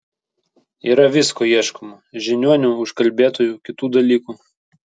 yra visko ieškoma žiniuonių užkalbėtojų kitų dalykų